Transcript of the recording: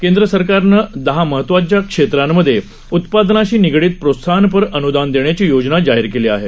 केंद्रसरकारनं दहा महत्वाच्या क्षेत्रांमधे उत्पादनाशी निगडीत प्रोत्साहनपर अनुदान देण्याची योजना जाहीर केली आहे